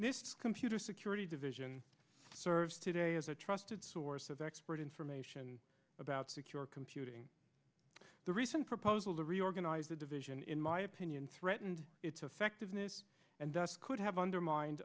chairman computer security division serves today as a trusted source of expert information about secure computing the recent proposal to reorganize the division in my opinion threatened its effectiveness and thus could have undermined